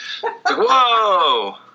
whoa